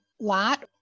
lot